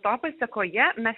to pasekoje mes